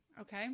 okay